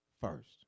first